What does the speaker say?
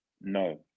No